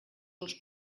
els